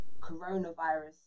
coronavirus